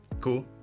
Cool